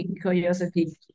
curiosity